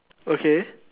okay